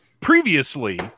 previously